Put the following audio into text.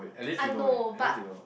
I know but